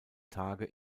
tage